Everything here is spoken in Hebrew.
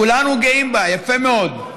כולנו גאים בה, יפה מאוד,